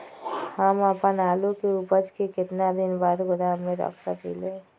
हम अपन आलू के ऊपज के केतना दिन बाद गोदाम में रख सकींले?